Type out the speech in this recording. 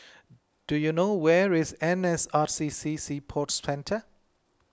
do you know where is N S R C C Sea Sports Centre